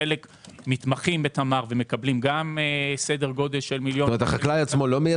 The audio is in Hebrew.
חלק נתמכים ב"תמר" ומקבלים גם כמיליון שקלים.